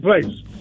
place